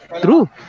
True